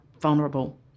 vulnerable